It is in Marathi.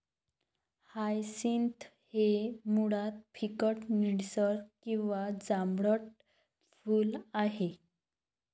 हायसिंथ हे मुळात फिकट निळसर किंवा जांभळट फूल आहे